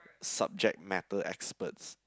subject matter experts